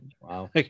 wow